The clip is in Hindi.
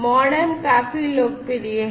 मॉडेम काफी लोकप्रिय हैं